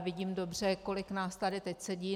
Vidím dobře, kolik nás tady teď sedí.